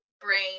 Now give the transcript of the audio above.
brain